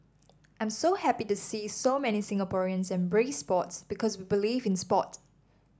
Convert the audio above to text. I'm so happy to see so many Singaporeans embrace sports because we believe in sport